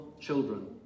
children